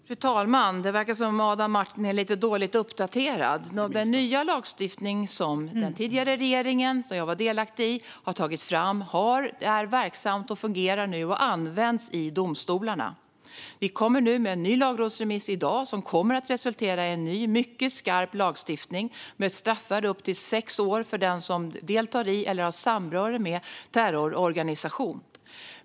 Fru talman! Det verkar som om Adam Marttinen är lite dåligt uppdaterad. Den nya lagstiftning som den tidigare regeringen, som jag var delaktig i, har tagit fram är verksam, fungerar och används nu i domstolarna. Vi kommer med en ny lagrådsremiss i dag som kommer att resultera i ny, mycket skarp lagstiftning med ett straffvärde på upp till sex år för den som deltar i eller har samröre med terrororganisationer.